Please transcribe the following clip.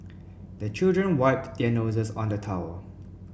the children wipe their noses on the towel